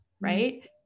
right